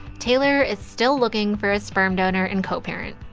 taylor is still looking for a sperm donor and co-parent